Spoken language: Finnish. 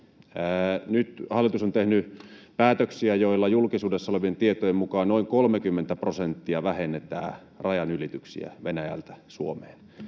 Nyt hallitus on tehnyt päätöksiä, joilla julkisuudessa olevien tietojen mukaan noin 30 prosenttia vähennetään rajanylityksiä Venäjältä Suomeen